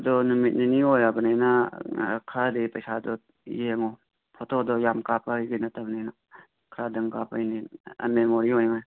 ꯑꯗꯣ ꯅꯨꯃꯤꯠ ꯅꯤꯅꯤ ꯑꯣꯏꯕꯅꯤꯅ ꯈꯔꯗꯤ ꯄꯩꯁꯥꯗꯣ ꯌꯦꯡꯉꯣ ꯐꯣꯇꯣꯗꯣ ꯌꯥꯝ ꯀꯥꯞꯄꯒꯤ ꯅꯠꯇꯕꯅꯤꯅ ꯈꯔ ꯑꯗꯨꯝ ꯀꯥꯞꯄꯩꯅꯦ ꯃꯦꯃꯣꯔꯤ ꯑꯣꯏꯅꯕꯅ